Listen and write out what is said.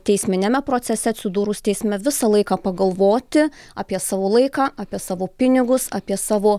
teisminiame procese atsidūrus teisme visą laiką pagalvoti apie savo laiką apie savo pinigus apie savo